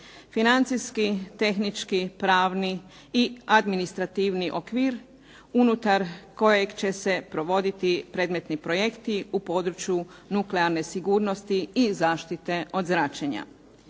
financijski, tehnički, pravni i administrativni okvir, unutar kojeg će se provoditi predmetni projekti u području nuklearne sigurnosti i zaštite od zračenja.